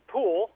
Pool